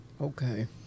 okay